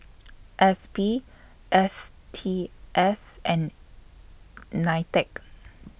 S P S T S and NITEC